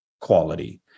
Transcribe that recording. quality